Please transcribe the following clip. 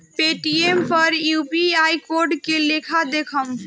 Paytm पर UPI code के लेखा देखम?